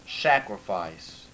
sacrifice